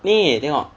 ni tengok